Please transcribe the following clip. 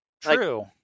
True